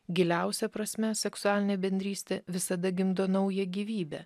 giliausia prasme seksualinė bendrystė visada gimdo naują gyvybę